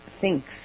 thinks